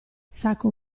sacco